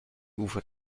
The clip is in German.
ufer